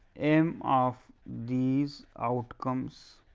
m of these outcomes